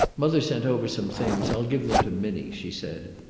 mother sent over some things. i'll give them to minnie, she said,